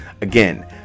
Again